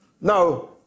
Now